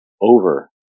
over